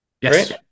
yes